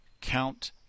count